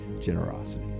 generosity